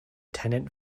tenant